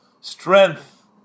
strength